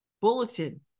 Bulletin